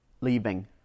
leaving